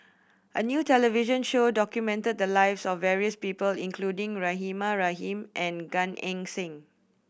a new television show documented the lives of various people including Rahimah Rahim and Gan Eng Seng